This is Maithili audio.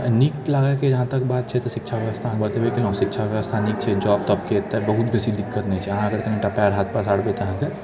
नीक लागैके जहाँ तक बात छै तऽ शिक्षाके बारेमे बतेबे केलहुँ शिक्षा बेबस्था नीक छै जॉब तॉबके एतऽ बहुत बेसी दिक्कत नहि छै अहाँ अगर कनिटा पाएर हाथ पसारबै तऽ अहाँके